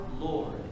Lord